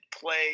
play